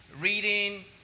reading